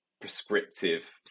prescriptive